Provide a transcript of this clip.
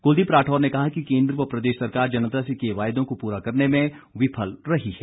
कुलदीप राठौर ने कहा कि केन्द्र व प्रदेश सरकार जनता से किए वायदों को पूरा करने में विफल रही है